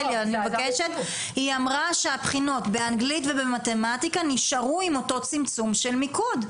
היא אמרה שהבחינות באנגלית ובמתמטיקה נשארו עם אותו צמצום של מיקוד.